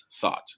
thought